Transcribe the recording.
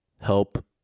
Help